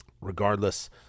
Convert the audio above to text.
Regardless